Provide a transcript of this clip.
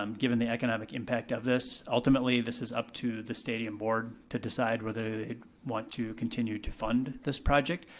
um given the economic impact of this. ultimately this is up to the stadium board to decide whether they want to continue to fund this project.